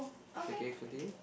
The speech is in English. okay continue